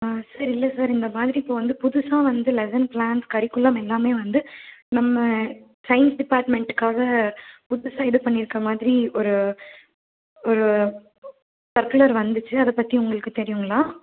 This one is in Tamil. ஆ சார் இல்லை சார் இந்த மாதிரி இப்போ வந்து புதுசாக வந்து லெசன் ப்ளான்ஸ் கரிக்குலம் எல்லாமே வந்து நம்ம சயின்ஸ் டிபார்ட்மெண்ட்டுக்காக புதுசாக இது பண்ணி இருக்க மாதிரி ஒரு ஒரு சர்குலர் வந்துச்சு அதைப்பத்தி உங்களுக்கு தெரியும்ங்களா